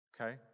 Okay